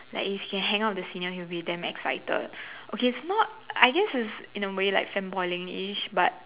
like he's can hang out with the senior he'll be damn excited okay it's not I guess it's in a way like fanboyingish but